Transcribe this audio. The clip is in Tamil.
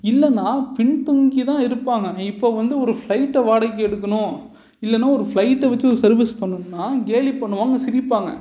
இல்லைனா பின் தங்கி தான் இருப்பாங்க இப்போ வந்து ஒரு ஃப்ளைட்டை வாடகைக்கு எடுக்கணும் இல்லைனா ஒரு ஃப்ளைட்டை வச்சி ஒரு சர்வீஸ் பண்ணணும்னா கேலி பண்ணுவாங்க சிரிப்பாங்க